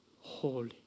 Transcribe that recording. holy